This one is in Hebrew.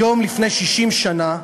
היום לפני 60 שנה,